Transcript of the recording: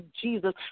jesus